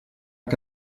que